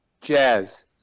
jazz